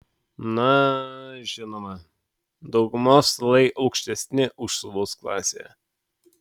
na žinoma daugumos stalai aukštesni už suolus klasėje